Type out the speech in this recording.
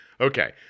Okay